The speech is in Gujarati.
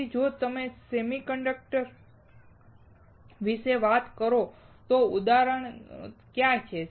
તેથી જો તમે સેમિકન્ડક્ટર્સ વિશે વાત કરો તો ઉદાહરણો કયા છે